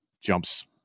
jumps